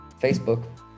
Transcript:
Facebook